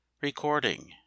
Recording